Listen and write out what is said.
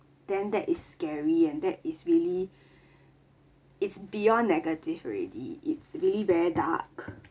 then that is scary and that is really it's beyond negative already it's really very dark